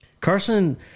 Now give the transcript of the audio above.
Carson